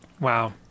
wow